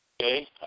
Okay